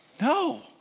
No